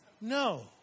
No